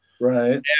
Right